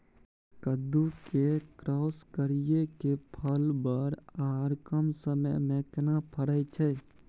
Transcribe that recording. कद्दू के क्रॉस करिये के फल बर आर कम समय में केना फरय छै?